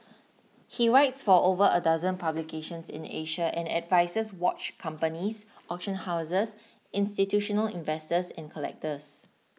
he writes for over a dozen publications in Asia and advises watch companies auction houses institutional investors and collectors